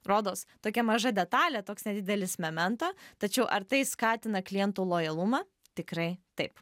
rodos tokia maža detalė toks didelis memento tačiau ar tai skatina klientų lojalumą tikrai taip